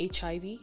HIV